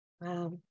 Wow